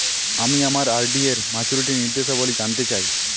আমি আমার আর.ডি এর মাচুরিটি নির্দেশাবলী জানতে চাই